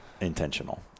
intentional